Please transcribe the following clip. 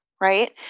right